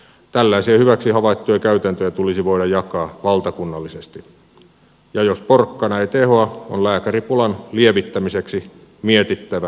tällaisia hyväksi havaittuja käytäntöjä tulisi voida jakaa valtakunnallisesti ja jos porkkana ei tehoa on lääkäripulan lievittämiseksi mietittävä muitakin vaihtoehtoja